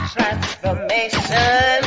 Transformation